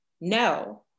no